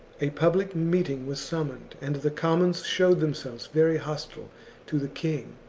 a public meeting was summoned, and the commons showed themselves very hostile to the king,